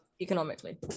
economically